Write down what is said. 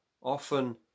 often